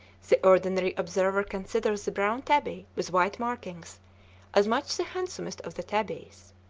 the ordinary observer considers the brown tabby with white markings as much the handsomest of the tabbies.